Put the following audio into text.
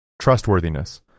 Trustworthiness